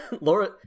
Laura